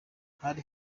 hari